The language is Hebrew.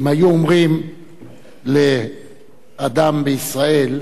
אם היו אומרים לאדם בישראל,